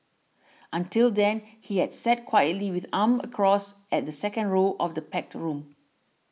until then he had sat quietly with arms crossed at the second row of the packed room